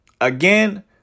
again